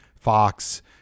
Fox